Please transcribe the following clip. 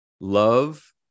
love